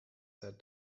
said